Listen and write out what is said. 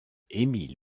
émile